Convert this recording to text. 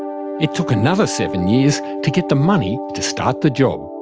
it took another seven years to get the money to start the job.